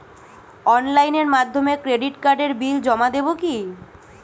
অনলাইনের মাধ্যমে ক্রেডিট কার্ডের বিল জমা দেবো কি?